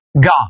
God